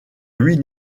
huit